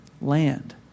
land